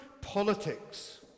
politics